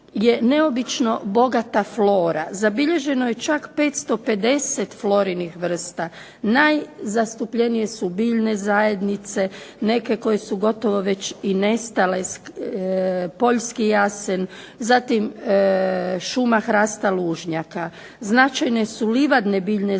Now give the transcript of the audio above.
neobično bogata flora. Zabilježeno je čak 550 florinih vrsta. Najzastupljenije su biljne zajednice, neke koje su gotovo već i nestale, poljski Jasen, zatim šuma hrasta Lužnjaka. Značajne su livadne biljne zajednice